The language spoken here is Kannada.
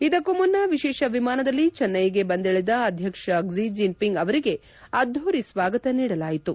ಅದಕ್ಕೂ ಮುನ್ನ ವಿಶೇಷ ವಿಮಾನದಲ್ಲಿ ಚೆನ್ನೈಗೆ ಬಂದಿಳಿದ ಅಧ್ಯಕ್ಷ ಕ್ಷಿ ಜಿನ್ಪಿಂಗ್ ಅವರಿಗೆ ಅದ್ದೂರಿ ಸ್ವಾಗತ ನೀಡಲಾಯಿತು